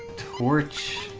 torch